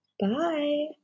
Bye